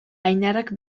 ainarak